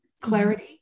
clarity